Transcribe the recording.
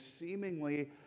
seemingly